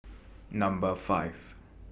Number five